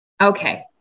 Okay